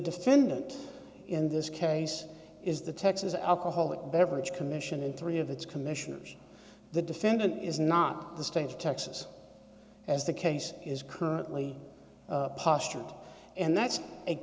defendant in this case is the texas alcoholic beverage commission in three of its commissioners the defendant is not the state of texas as the case is currently postured and that's